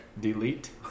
Delete